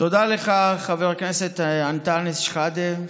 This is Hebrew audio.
תודה לך, חבר הכנסת אנטאנס שחאדה.